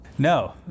No